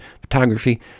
photography